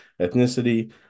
ethnicity